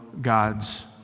God's